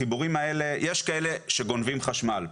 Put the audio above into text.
החיבורים האלה יש כאלה שגונבים חשמל.